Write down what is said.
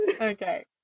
okay